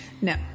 No